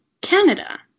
Canada